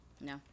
no